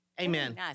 Amen